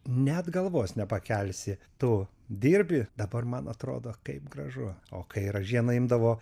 net galvos nepakelsi tu dirbi dabar man atrodo kaip gražu o kai ražiena imdavo